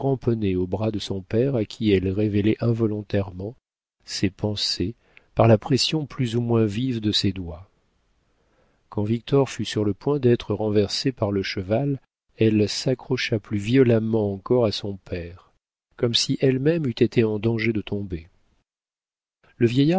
au bras de son père à qui elle révélait involontairement ses pensées par la pression plus ou moins vive de ses doigts quand victor fut sur le point d'être renversé par le cheval elle s'accrocha plus violemment encore à son père comme si elle-même eût été en danger de tomber le